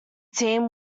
team